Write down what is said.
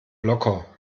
locker